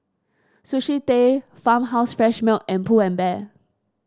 Sushi Tei Farmhouse Fresh Milk and Pull and Bear